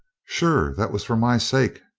sure, that was for my sake,